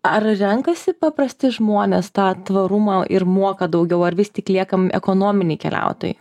ar renkasi paprasti žmonės tą tvarumą ir moka daugiau ar vis tik liekam ekonominiai keliautojai